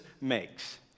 makes